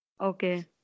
Okay